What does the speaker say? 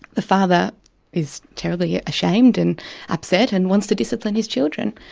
the father is terribly ashamed and upset and wants to discipline his children.